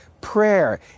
prayer